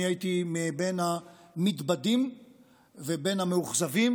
אני הייתי בין המתבדים ובין המאוכזבים,